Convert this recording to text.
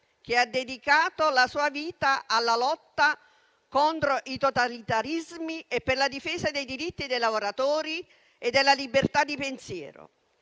che ha dedicato la sua vita alla lotta contro i totalitarismi e per la difesa dei diritti dei lavoratori e della libertà di pensiero.